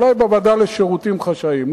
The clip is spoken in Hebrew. אולי בוועדה לשירותים חשאיים,